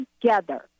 together